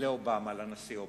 לנשיא אובמה.